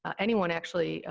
anyone, actually,